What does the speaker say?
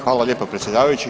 Hvala lijepo predsjedavajući.